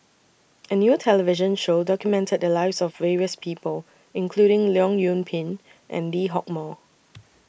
A New television Show documented The Lives of various People including Leong Yoon Pin and Lee Hock Moh